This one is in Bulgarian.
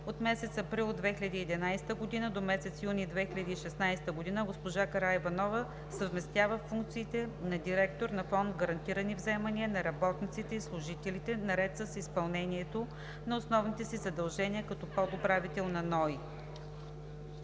От месец април 2011 г. до месец юни 2016 г. госпожа Караиванова съвместява функциите на директор на фонд „Гарантирани вземания на работниците и служителите“ наред с изпълнението на основните си задължения като подуправител на